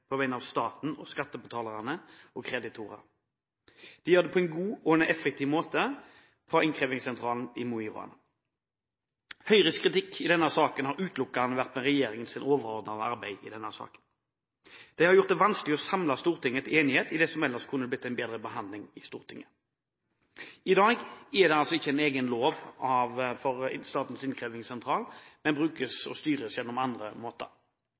på vegne av staten, skattebetalerne og kreditorer. Statens innkrevingssentral i Mo i Rana gjør jobben på en god og effektiv måte. Høyres kritikk i denne saken har utelukkende gått på regjeringens overordnede arbeid i denne saken. Det har gjort det vanskelig å samle Stortinget til enighet i det som ellers kunne blitt en bedre behandling i Stortinget. I dag er det altså ikke en egen lov for Statens innkrevingssentral, den styres på andre måter.